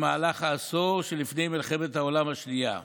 במהלך העשור שלפני מלחמת העולם השנייה,